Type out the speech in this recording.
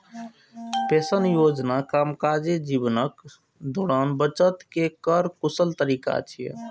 pension योजना कामकाजी जीवनक दौरान बचत केर कर कुशल तरीका छियै